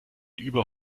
über